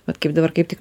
vat kaip dabar kaip tik